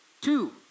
Two